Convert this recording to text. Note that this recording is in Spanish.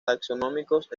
taxonómicos